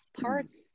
parts